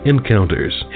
Encounters